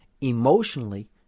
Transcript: emotionally